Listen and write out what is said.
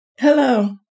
Hello